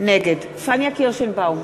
נגד פניה קירשנבאום,